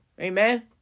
Amen